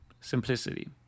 Simplicity